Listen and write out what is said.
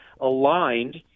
aligned